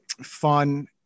fun